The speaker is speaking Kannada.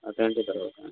ಹತ್ತು ಗಂಟೆಗೆ ಬರಬೇಕಾ